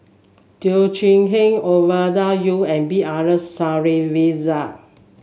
Teo Chee Hean Ovidia Yu and B R Sreenivasan